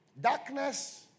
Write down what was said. Darkness